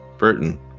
Burton